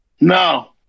No